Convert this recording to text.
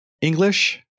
English